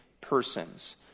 persons